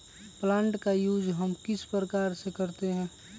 Plant का use हम किस प्रकार से करते हैं?